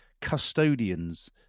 custodians